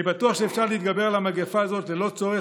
אני בטוח שאפשר להתגבר על המגפה הזאת ללא צורך